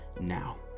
now